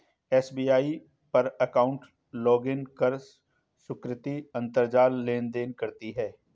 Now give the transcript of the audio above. SBI पर account login कर सुकृति अंतरजाल लेनदेन करती है